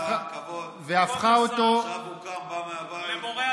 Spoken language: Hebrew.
כבוד השר, עכשיו הוא קם, בא מהבית.